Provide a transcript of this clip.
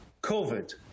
COVID